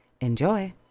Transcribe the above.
Enjoy